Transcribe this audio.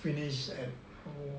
finish at